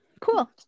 cool